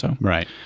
Right